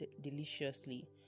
deliciously